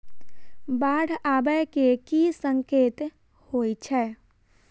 बाढ़ आबै केँ की संकेत होइ छै?